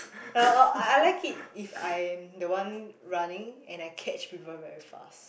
uh oh I like it if I'm the one running and I catch people very fast